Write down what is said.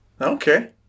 Okay